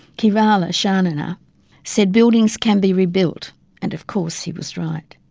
kay rala xanana said buildings can be rebuilt and of course he was right.